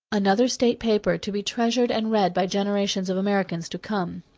another state paper to be treasured and read by generations of americans to come.